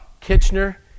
kitchener